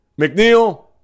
McNeil